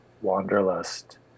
Wanderlust